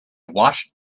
washed